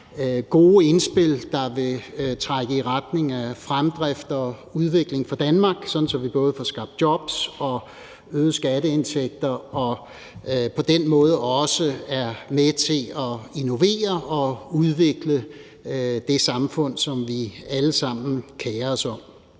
gode indspil, der vil trække i retning af fremdrift og udvikling for Danmark, sådan at vi både får skabt jobs og øgede skatteindtægter og på den måde også er med til at innovere og udvikle det samfund, som vi alle sammen kerer os om.